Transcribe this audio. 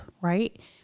right